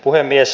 puhemies